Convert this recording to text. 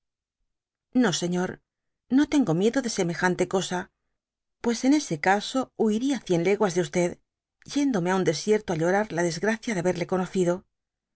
no señor no tengo miedo de semejante cosa pues en ese caso huiría cien leguas de yendome á un desierto á llorar la desgracia de haberle conocido